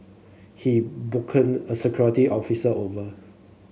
he a security officer over